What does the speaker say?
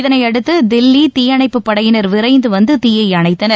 இதனையடுத்து தில்லி தீயணைப்புப்படையினர் விரைந்து வந்து தீயை அணைத்தனர்